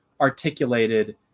articulated